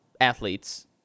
athletes